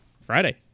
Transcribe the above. friday